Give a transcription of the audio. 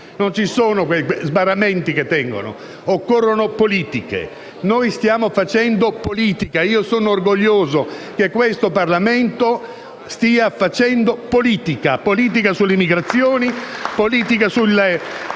Non ci sono sbarramenti che tengano, occorrono politiche. Noi stiamo facendo politica e sono orgoglioso che il Parlamento stia facendo politica sulle migrazioni, politica